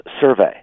survey